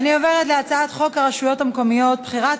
אני עוברת להצעת חוק הרשויות המקומיות (בחירת